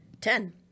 ten